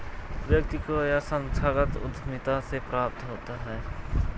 व्यक्ति को यह संस्थागत उद्धमिता से प्राप्त होता है